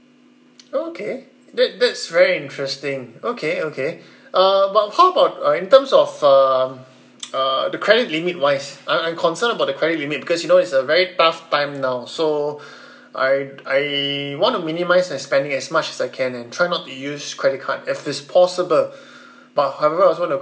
oh okay that that is very interesting okay okay uh but how about uh in terms of for uh uh the credit limit wise I'm I'm concerned about the credit limit because you know it's a very tough time now so I I wanna minimize my spending as much as I can and try not use credit card if it's possible but however I also want to